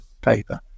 paper